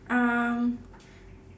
um